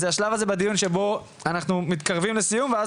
זה השלב הזה בדיון שבו אנחנו מתקרבים לסיום ואז